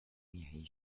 演艺